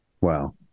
Wow